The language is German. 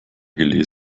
gelesen